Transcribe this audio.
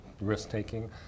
risk-taking